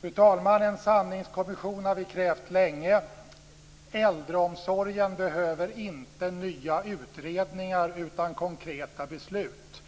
Fru talman! En sanningskommission har vi krävt länge. Äldreomsorgen behöver inte nya utredningar utan konkreta beslut.